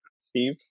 Steve